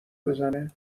بزنه